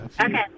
okay